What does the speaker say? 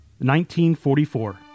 1944